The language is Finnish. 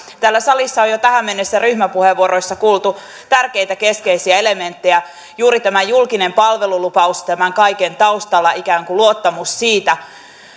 täällä salissa on jo tähän mennessä ryhmäpuheenvuoroissa kuultu tärkeitä keskeisiä elementtejä juuri tämä julkinen palvelulupaus tämän kaiken taustalla ikään kuin luottamus siitä